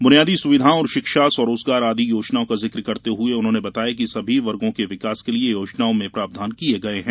बुनियादी सुविधाओं और शिक्षा स्व रोजगार आदि योजनाओं का जिक्र करते हुए बताया कि सभी वर्गों के विकास के लिये योजनाओं में प्रावधान किये गये हैं